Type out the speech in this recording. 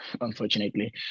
unfortunately